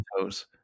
toes